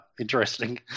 interesting